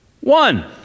one